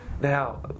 Now